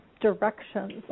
directions